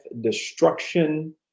destruction